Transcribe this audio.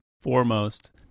foremost